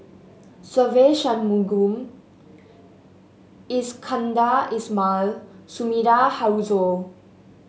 Se Ve Shanmugam Iskandar Ismail Sumida Haruzo